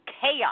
chaos